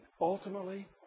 Ultimately